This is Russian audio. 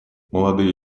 молодые